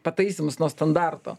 pataisymus nuo standarto